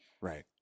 right